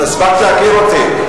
הספקת להכיר אותי.